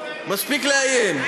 מספיק לאיים.